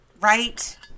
Right